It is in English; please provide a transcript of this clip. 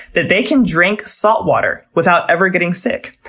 that they can drink saltwater without ever getting sick.